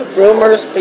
rumors